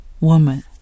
woman